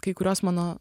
kai kuriuos mano